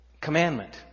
Commandment